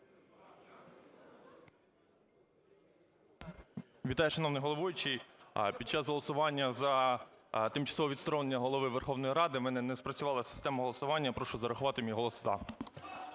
Вітаю, шановний головуючий! Під час голосування за тимчасове відсторонення Голови Верховної Ради в мене не спрацювала система голосування. Я прошу зарахувати мій голос "за".